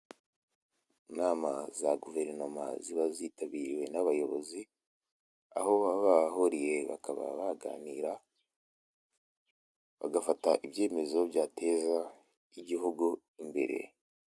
Inama za Guverinoma ziba zitabiriwe n'abayobozi, aho baba bahahuriye bakaba baganira bagafata ibyemezo byateza igihugu imbere.